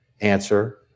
answer